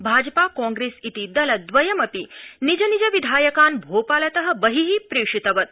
भाजपा कांग्रेस् इति दलद्वयमपि निज निज विधायकान् भोपालत बहि प्रेषितवत्